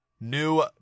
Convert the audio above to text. new